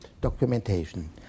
documentation